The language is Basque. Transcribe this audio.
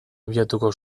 abiatuko